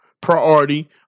priority